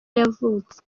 yavutse